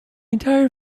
entire